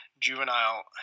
Juvenile